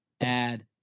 add